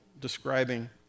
describing